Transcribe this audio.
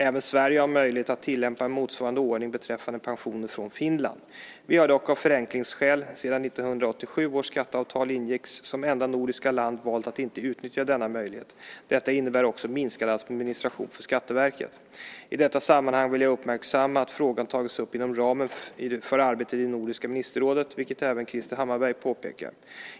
Även Sverige har möjlighet att tillämpa en motsvarande ordning beträffande pensioner från Finland. Vi har dock av förenklingsskäl, sedan 1987 års nordiska skatteavtal ingicks, som enda nordiskt land valt att inte utnyttja denna möjlighet. Detta innebär också minskad administration för Skatteverket. I detta sammanhang vill jag uppmärksamma att frågan tagits upp inom ramen för arbetet i nordiska ministerrådet, vilket även Krister Hammarbergh påpekar.